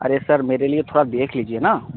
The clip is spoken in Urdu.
ارے سر میرے لیے تھوڑا دیکھ لیجیے نا